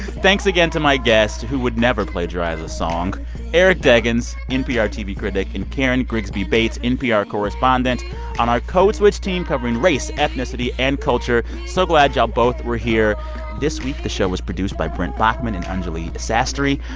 thanks again to my guests who would never plagiarize a song eric deggans, npr tv critic, and karen grigsby bates, npr correspondent on our code switch team covering race, ethnicity and culture. so glad y'all both were here this week, the show was produced by brent baughman and anjuli sastry.